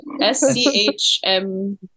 s-c-h-m